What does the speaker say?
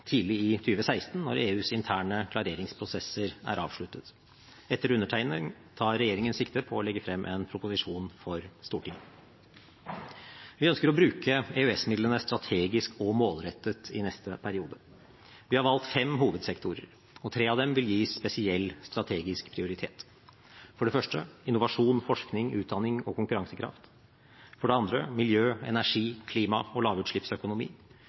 tidlig i 2016 når EUs interne klareringsprosesser er avsluttet. Etter undertegning tar regjeringen sikte på å legge frem en proposisjon for Stortinget. Vi ønsker å bruke EØS-midlene strategisk og målrettet i neste periode. Vi har valgt fem hovedsektorer. Tre av dem vil gis spesiell strategisk prioritet: innovasjon, forskning, utdanning og konkurransekraft miljø, energi, klima og lavutslippsøkonomi